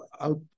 out